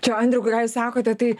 čia andriau kada jūs sakote tai